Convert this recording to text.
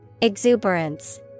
Exuberance